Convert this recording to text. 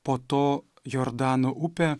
po to jordano upė